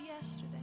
yesterday